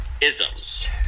isms